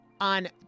on